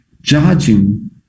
judging